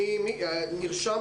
אני ארשום